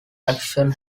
action